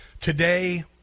Today